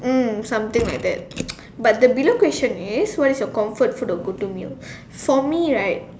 mm something like that but the below question is what is your comfort food or go to meal for me right